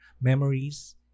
memories